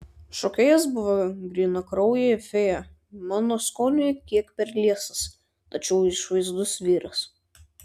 šokėjas buvo grynakraujė fėja mano skoniui kiek per liesas tačiau išvaizdus vyras